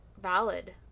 valid